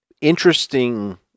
interesting